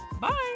Bye